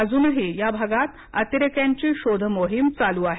अजूनही या भागात अतिरेक्यांची शोध मोहीम चालू आहे